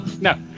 no